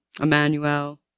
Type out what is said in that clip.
Emmanuel